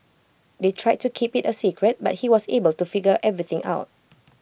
they tried to keep IT A secret but he was able to figure everything out